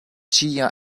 ĉia